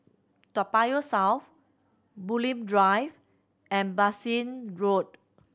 Toa Payoh South Bulim Drive and Bassein Road